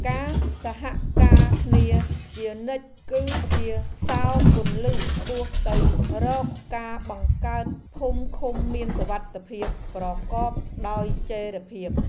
ការសហការគ្នាជានិច្ចគឺជាសោរគន្លឹះឆ្ពោះទៅរកការបង្កើតភូមិឃុំមានសុវត្ថិភាពប្រកបដោយចីរភាព។